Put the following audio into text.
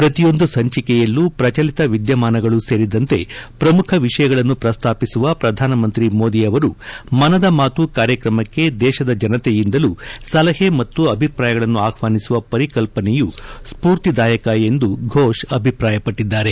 ಪ್ರತಿಯೊಂದು ಸಂಚಿಕೆಯಲ್ಲೂ ಪ್ರಚಲಿತ ವಿದ್ಯಮಾನಗಳೂ ಸೇರಿದಂತೆ ಪ್ರಮುಖ ವಿಷಯಗಳನ್ನು ಪ್ರಸ್ತಾಪಿಸುವ ಪ್ರಧಾನಮಂತ್ರಿ ಮೋದಿ ಅವರು ಮನದ ಮಾತು ಕಾರ್ಯಕ್ರಮಕ್ಕೆ ದೇಶದ ಜನತೆಯಿಂದಲೂ ಸಲಹೆ ಮತ್ತು ಅಭಿಪ್ರಾಯಗಳನ್ನು ಆಹ್ವಾನಿಸುವ ಪರಿಕಲ್ಪನೆಯೂ ಸ್ಪೂರ್ತಿದಾಯಕ ಎಂದು ಫೋಶ್ ಅಭಿಪ್ರಾಯ ಪಟ್ಟಿದ್ದಾರೆ